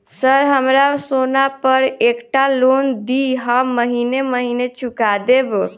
Sir हमरा सोना पर एकटा लोन दिऽ हम महीने महीने चुका देब?